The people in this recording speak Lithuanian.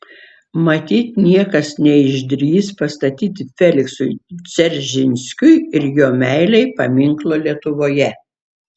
matyt niekas neišdrįs pastatyti feliksui dzeržinskiui ir jo meilei paminklo lietuvoje